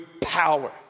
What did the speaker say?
power